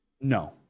No